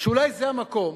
ואולי זה המקום,